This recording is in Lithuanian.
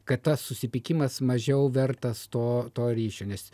kad tas susipykimas mažiau vertas to to ryšio nes